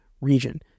region